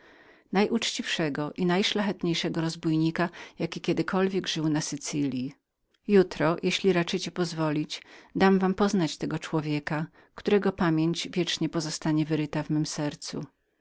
i najszlachetniejszego rozbójnika jaki kiedykolwiek pustoszył sycylią jutro jeźli raczycie pozwolić dam wam poznać tego człowieka którego pamięć wiecznie pozostanie wyrytą w mem sercu